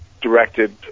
directed